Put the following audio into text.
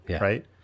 Right